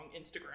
Instagram